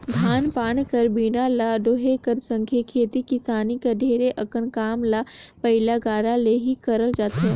धान पान कर बीड़ा ल डोहे कर संघे खेती किसानी कर ढेरे अकन काम ल बइला गाड़ा ले ही करल जाथे